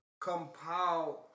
compiled